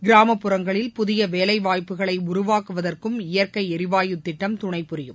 கிராமப்புறங்களில் புதிய வேலைவாய்ப்புகளை உருவாக்குவதற்கும் இயற்கை எரிவாயு திட்டம் துணை புரியும்